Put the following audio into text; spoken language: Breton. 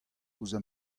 ouzh